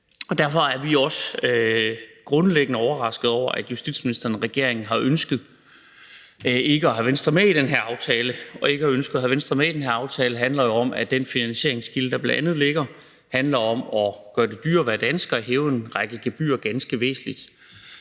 Derfor er vi også grundlæggende overraskede over, at justitsministeren og regeringen har ønsket ikke at have Venstre med i den her aftale. Og ikke at have ønsket at have Venstre med i den her aftale handler jo om, at den finansieringskilde, der bl.a. ligger, handler om at gøre det dyrere at være dansker ved at hæve en række gebyrer ganske væsentligt.